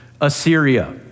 Assyria